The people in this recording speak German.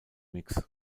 mix